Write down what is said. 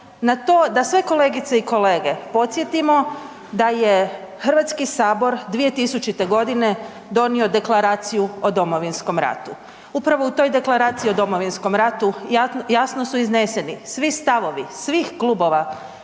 na to da sve kolegice i kolege podsjetimo da je HS 2000. godine donio Deklaraciju o Domovinskom ratu. Upravo u toj Deklaraciji o Domovinskom ratu jasno su izneseni svi stavovi svih klubova